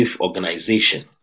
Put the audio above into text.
organization